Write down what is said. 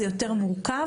אבל זה יותר מורכב.